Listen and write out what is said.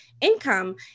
income